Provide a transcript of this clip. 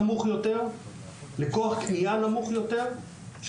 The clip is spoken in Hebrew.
לכוח קניה נמוך יותר של העובדים והעובדות בישראל.